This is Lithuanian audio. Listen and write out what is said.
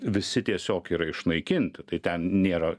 visi tiesiog yra išnaikinti tai ten nėra